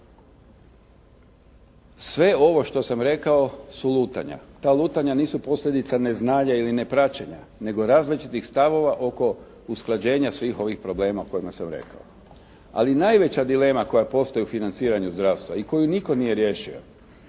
Sve ovo što sam rekao su lutanja. Ta lutanja nisu posljedica neznanja ili nepraćenja nego različitih stavova oko usklađenja svih ovih problema o kojima sam rekao. Ali najveća dilema koja postoji u financiranju zdravstva i koju nitko nije riješio,